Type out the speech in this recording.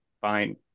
fine